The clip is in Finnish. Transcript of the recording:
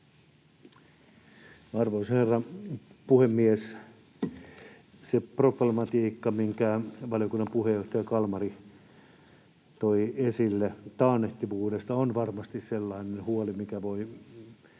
Arvoisa herra puhemies! Se problematiikka, minkä valiokunnan puheenjohtaja Kalmari toi esille taannehtivuudesta, on varmasti sellainen huoli, mikä voi